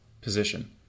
position